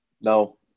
No